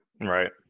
Right